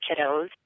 kiddos